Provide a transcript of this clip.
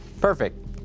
Perfect